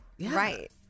right